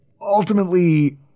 ultimately